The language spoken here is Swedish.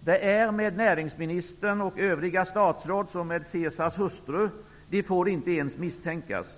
Det är med näringsministern och övriga statsråd som med Caesars hustru. De får inte ens misstänkas.